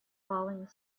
falling